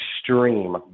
extreme